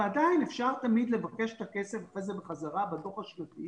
ועדיין אפשר תמיד לבקש את הכסף בחזרה בדוח השנתי